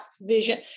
vision